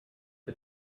the